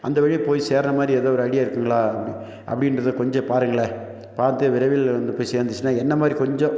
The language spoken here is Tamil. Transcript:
அந்த வழியே போய் சேர்கிற மாதிரி ஏதோ ஒரு ஐடியா இருக்குதுங்களா அப்படினு அப்படின்றத கொஞ்சம் பாருங்களேன் பார்த்து விரைவில் வந்து போய் சேர்ந்துச்சுன்னா என்னை மாதிரி கொஞ்சம்